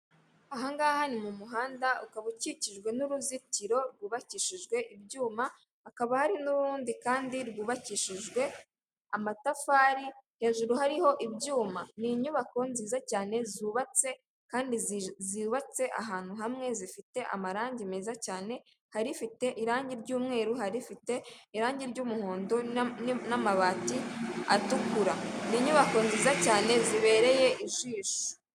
Aha ngaha ni mu muhanda, ukaba ukikijwe n'uruzitiro rwubakishijwe ibyuma, hakaba hari n'urundi kandi rwubakishijwe amatafari, hejuru hariho ibyuma. Ni inyubako nziza cyane, zubatse kandi zubatse ahantu hamwe, zifite amarangi meza cyane, hari ifite irangi ry'umweru, hari ifite irangi ry'umuhondo n'amabati atukura. Ni inyubako nziza cyane zibereye ijisho.